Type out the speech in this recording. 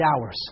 hours